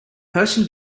person